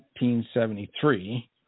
1973